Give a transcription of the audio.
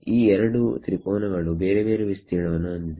ಈ 2 ತ್ರಿಕೋನಗಳು ಬೇರೆ ಬೇರೆ ವಿಸ್ತೀರ್ಣವನ್ನು ಹೊಂದಿದೆ